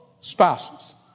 spouses